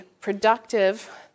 productive